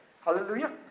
Hallelujah